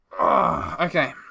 Okay